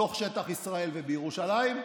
בתוך שטח ישראל ובירושלים,